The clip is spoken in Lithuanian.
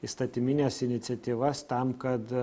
įstatymines iniciatyvas tam kad